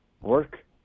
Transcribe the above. work